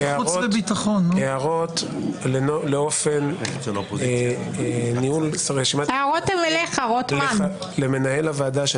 הערות לאופן ניהול הרשימה הם למנהל הוועדה.